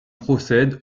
procède